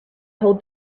hold